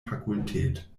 fakultät